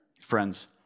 Friends